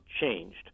changed